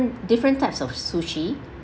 different types of sushi